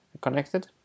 connected